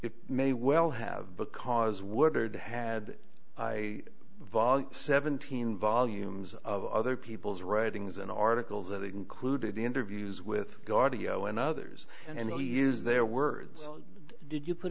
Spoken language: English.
it may well have because woodard had i volume seventeen volumes of other people's writings an article that included interviews with guardiola and others and who use their words did you put